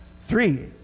Three